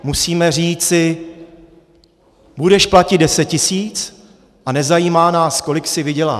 Musíme říci: budeš platit deset tisíc a nezajímá nás, kolik si vyděláš.